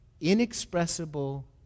inexpressible